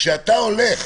כשאתה הולך